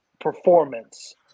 performance